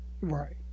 right